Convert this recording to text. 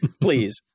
please